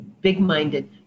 big-minded